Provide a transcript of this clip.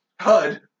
Hud